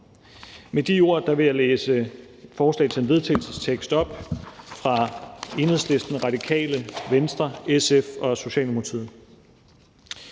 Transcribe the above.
Med de ord vil jeg læse et forslag til vedtagelse op fra Enhedslisten, Radikale Venstre, SF og Socialdemokratiet: